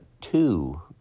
two